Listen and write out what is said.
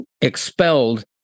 expelled